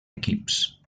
equips